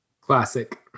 Classic